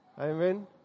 Amen